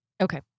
Okay